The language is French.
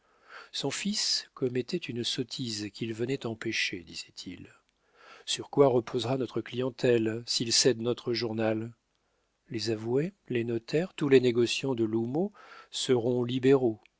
son fils commettait une sottise qu'il venait empêcher disait-il sur quoi reposera notre clientèle s'il cède notre journal les avoués les notaires tous les négociants de l'houmeau seront libéraux